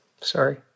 sorry